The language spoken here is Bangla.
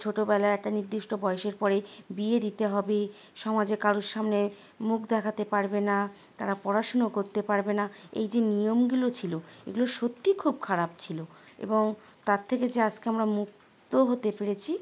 তাদের ছোটোবেলায় একটা নির্দিষ্ট বয়সের পরে বিয়ে দিতে হবে সমাজে কারোর সামনে মুখ দেখাতে পারবে না তারা পড়াশুনো করতে পারবে না এই যে নিয়মগুলো ছিলো এগুলো সত্যিই খুব খারাপ ছিলো এবং তার থেকে যে আজকে আমরা মুক্ত হতে পেরেছি